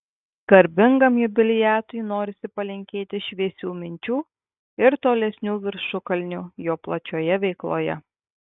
garbingam jubiliatui norisi palinkėti šviesių minčių ir tolesnių viršukalnių jo plačioje veikloje